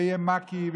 ושתהיה מק"י,